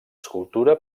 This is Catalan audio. escultura